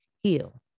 heal